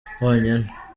honyine